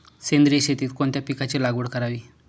सेंद्रिय शेतीत कोणत्या पिकाची लागवड करावी?